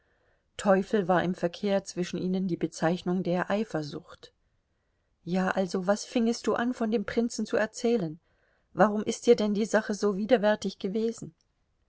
teufel war im verkehr zwischen ihnen die bezeichnung der eifersucht ja also was fingst du an von dem prinzen zu erzählen warum ist dir denn die sache so widerwärtig gewesen